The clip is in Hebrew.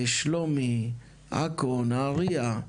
שלומי, עכו, נהריה,